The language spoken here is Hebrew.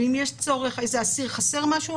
ואם יש צורך ואיזה אסיר חסר משהו,